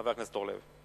חבר הכנסת זבולון אורלב.